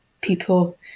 people